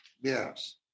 Yes